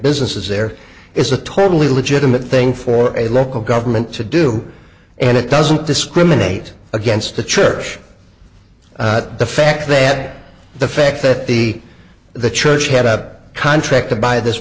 businesses there is a totally legitimate thing for a local government to do and it doesn't discriminate against the church the fact they had the fact that the the church had a contract to buy this